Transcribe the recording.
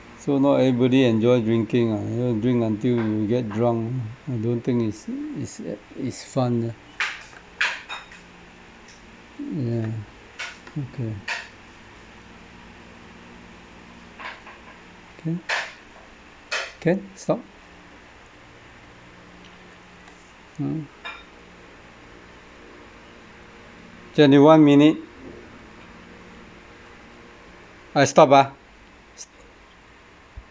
so not everybody enjoy drinking ah you know drink until you get drunk I don't think it's it's it's fun ah yeah okay can can stop uh twenty one minute I stop ah